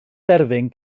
derfyn